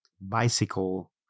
bicycle